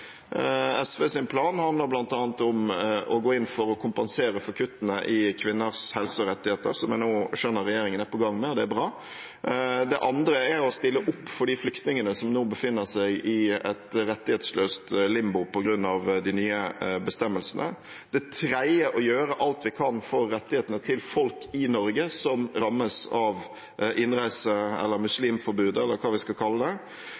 plan handler bl.a. om å gå inn for å kompensere for kuttene i kvinners helserettigheter, som jeg nå skjønner regjeringen er i gang med. Det er bra. Det andre er å stille opp for de flyktningene som nå befinner seg i et rettighetsløst limbo, på grunn av de nye bestemmelsene. Det tredje er å gjøre alt vi kan for rettighetene til folk i Norge som rammes av innreiseforbudet eller muslimforbudet eller hva vi skal kalle det.